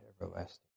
Everlasting